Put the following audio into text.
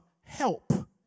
help